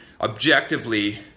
objectively